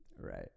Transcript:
Right